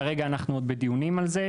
כרגע אנחנו עוד בדיונים על זה.